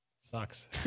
Sucks